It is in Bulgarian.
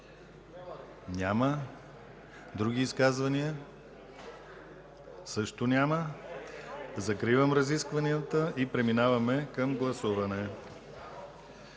Няма. Други изказвания? Също няма. Закривам разискванията и преминаваме към гласуване.